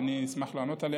ואני אשמח לענות עליה,